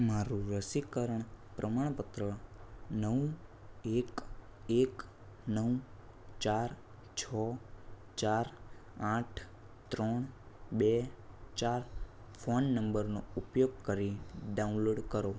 મારું રસીકરણ પ્રમાણપત્ર નવ એક એક નવ ચાર છો ચાર આઠ ત્રણ બે ચાર ફોન નંબરનો ઉપયોગ કરીને ડાઉનલોડ કરો